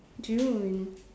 dreaming